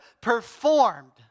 performed